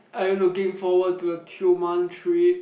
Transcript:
are you looking forward to the Tioman trip